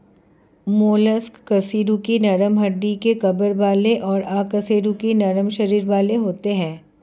mollusc कशेरुकी नरम हड्डी के कवर वाले और अकशेरुकी नरम शरीर वाले होते हैं